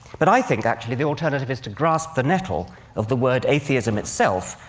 but i think, actually, the alternative is to grasp the nettle of the word atheism itself,